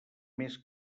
més